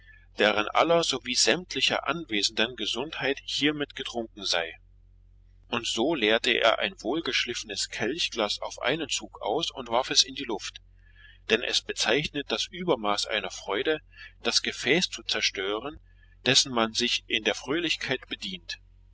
deren aller sowie sämtlicher anwesenden gesundheit hiermit getrunken sei und so leerte er ein wohlgeschliffenes kelchglas auf einen zug aus und warf es in die luft denn es bezeichnet das übermaß einer freude das gefäß zu zerstören dessen man sich in der fröhlichkeit bedient